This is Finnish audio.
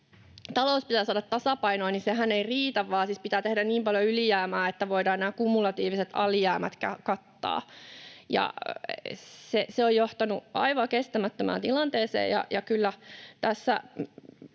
talous pitää saada tasapainoon, vaan siis pitää tehdä niin paljon ylijäämää, että voidaan nämä kumulatiiviset alijäämät kattaa. Se on johtanut aivan kestämättömään tilanteeseen.